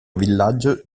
villaggio